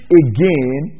again